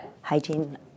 hygiene